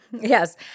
Yes